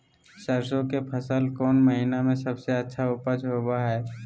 सरसों के फसल कौन महीना में सबसे अच्छा उपज होबो हय?